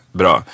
bra